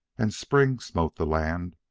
and spring smote the land.